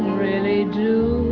really do